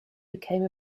became